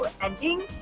ending